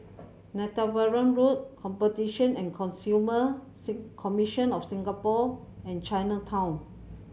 Netheravon Road Competition and Consumer Sin Commission of Singapore and Chinatown